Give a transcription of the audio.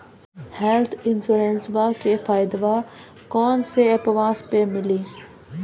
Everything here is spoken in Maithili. हेल्थ इंश्योरेंसबा के फायदावा कौन से ऐपवा पे मिली?